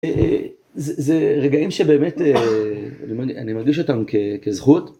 זה רגעים שבאמת אני מרגיש אותם כזכות.